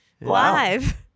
Live